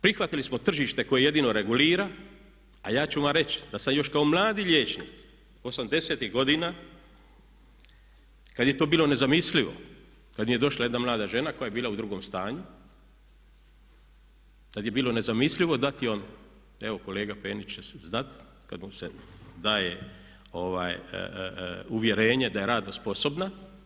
Prihvatili smo tržište koje jedino regulira, a ja ću vam reći da sam još kao mladi liječnik '80-ih godina kad je to bilo nezamislivo i tad mi je došla jedna mlada žena koja je bila u drugom stanju i tad je bilo nezamislivo dati joj, evo kolega Penić će znati, kad vam se daje uvjerenje da je radno sposobna.